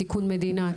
תיקון מדינה,